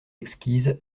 exquise